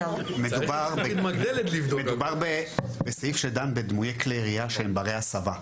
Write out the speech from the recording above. מדובר בסעיף שדן בדמויי כלי ירייה שהם בני הסבה.